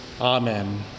amen